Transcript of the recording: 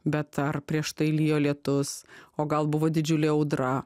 bet dar prieš tai lijo lietus o gal buvo didžiulė audra